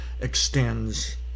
extends